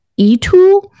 E2